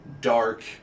dark